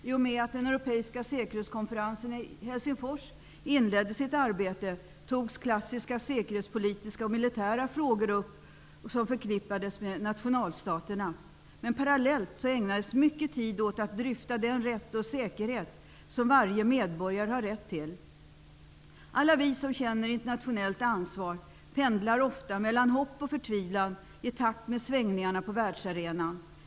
I och med att den europeiska säkerhetskonferensen i Helsingfors inledde sitt arbete togs klassiska säkerhetspolitiska och militära frågor upp som förknippades med nationalstaterna. Men parallellt ägnades mycket tid åt att dryfta den rätt och säkerhet som varje medborgare har rätt till. Alla vi som känner internationellt ansvar pendlar ofta mellan hopp och förtvivlan i takt med svängningarna på världsarenan.